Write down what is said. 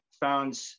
found